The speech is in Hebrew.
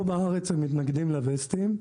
פה בארץ הם מתנגדים לווסטים.